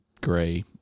gray